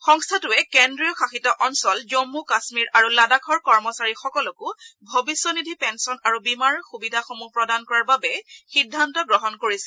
সংস্থাটোৱে কেন্দ্ৰীয় শাসিত অঞ্চল জমু কামীৰ আৰু লাডাখৰ কৰ্মচাৰীসকলকো ভৱিষ্যনিধি পেলন আৰু বীমাৰ সুবিধাসমূহ প্ৰদান কৰাৰ বাবে সিদ্ধান্ত গ্ৰহণ কৰিছে